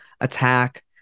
attack